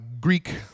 Greek